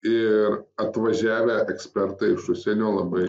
ir atvažiavę ekspertai iš užsienio labai